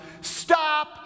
Stop